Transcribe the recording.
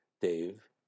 Dave